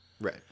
Right